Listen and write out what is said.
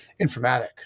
informatic